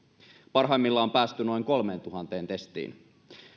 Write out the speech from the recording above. parhaimmillaan on päästy noin kolmeentuhanteen testiin